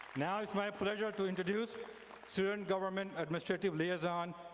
now it's my pleasure to introduce student government administrative liaison,